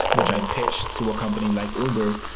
which i pitched to a company like uber,